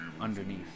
underneath